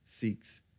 seeks